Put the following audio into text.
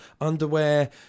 underwear